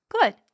Good